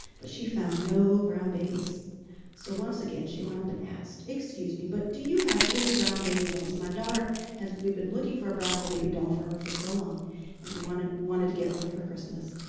but she found no brown babies so once again, she went up and asked, excuse me, but do you have any brown baby dolls? my daughter has we've been looking for a brown baby doll for her for so long and we wanted wanted to get one for christmas.